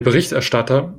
berichterstatter